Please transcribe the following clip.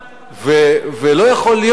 לא יכול להיות מצב,